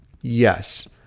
Yes